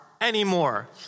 anymore